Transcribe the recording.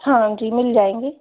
हाँ जी मिल जाएँगे